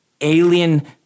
alien